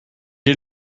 est